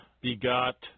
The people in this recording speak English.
begot